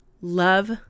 love